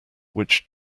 which